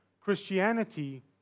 Christianity